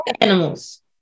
animals